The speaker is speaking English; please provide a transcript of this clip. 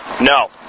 No